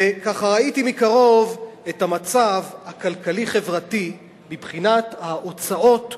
וככה ראיתי מקרוב את המצב הכלכלי-חברתי מבחינת ההוצאות בגרמניה,